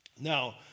Now